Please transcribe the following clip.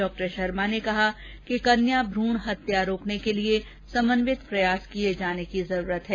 श्री शर्मा ने कहा कि कन्या भ्रूण हत्या रोकने के लिए समन्वित प्रयास किये जाने की जरूरत है